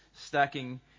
stacking